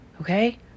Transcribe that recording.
okay